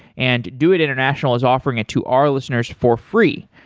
and doit international is offering it to our listeners for free.